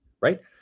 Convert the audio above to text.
right